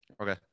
Okay